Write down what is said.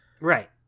Right